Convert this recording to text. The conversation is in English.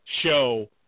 show